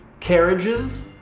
carriages.